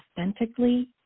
authentically